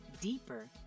deeper